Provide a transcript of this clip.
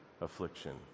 affliction